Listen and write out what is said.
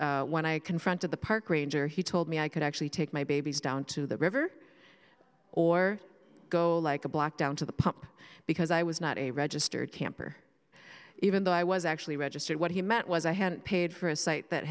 and when i confronted the park ranger he told me i could actually take my babies down to the river or go like a black down to the pump because i was not a registered camper even though i was actually registered what he meant was i hadn't paid for a site that